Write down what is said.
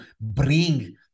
bring